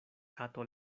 kato